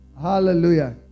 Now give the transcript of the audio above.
Hallelujah